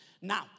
Now